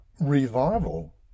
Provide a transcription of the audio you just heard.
revival